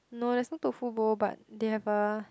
no there's no tofu bowl but they have a